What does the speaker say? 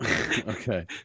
Okay